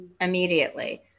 immediately